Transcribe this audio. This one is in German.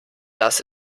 das